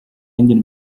endine